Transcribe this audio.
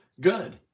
Good